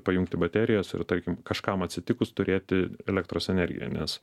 pajungti baterijas ir tarkim kažkam atsitikus turėti elektros energiją nes